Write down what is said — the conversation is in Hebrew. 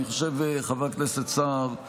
אני חושב, חבר הכנסת סער,